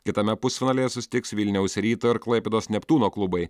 kitame pusfinalyje susitiks vilniaus ryto ir klaipėdos neptūno klubai